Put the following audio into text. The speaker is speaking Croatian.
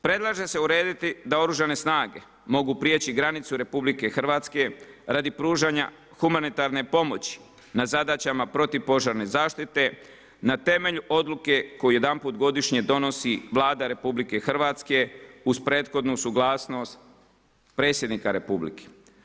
Predlaže se urediti da Oružane snage mogu prijeći granicu RH radi pružanja humanitarne pomoći na zadaćama protupožarne zaštite na temelju odluke koju jedanput godišnje donosi Vlada RH uz prethodnu suglasnost Predsjednika Republike.